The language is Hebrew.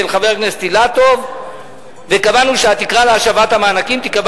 חבר הכנסת אילטוב וקבענו שהתקרה להשבת המענקים תיקבע